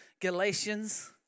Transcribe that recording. Galatians